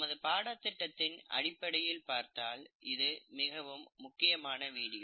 நமது பாடத் திட்டத்தின் அடிப்படையில் பார்த்தால் இது மிகவும் முக்கியமான வீடியோ